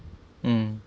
mm